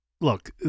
Look